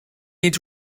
need